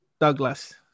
Douglas